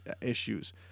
issues